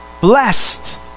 blessed